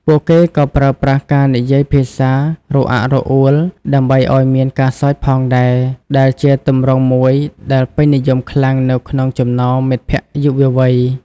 ពួកគេក៏ប្រើប្រាស់ការនិយាយភាសាររអាក់រអួលដើម្បីឱ្យមានការសើចផងដែរ ដែលជាទម្រង់មួយដែលពេញនិយមខ្លាំងនៅក្នុងចំណោមមិត្តភក្តិយុវវ័យ។